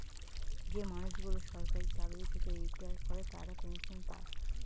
যে মানুষগুলো সরকারি চাকরি থেকে রিটায়ার করে তারা পেনসন পায়